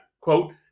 quote